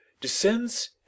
descends